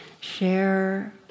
share